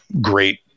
great